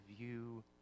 view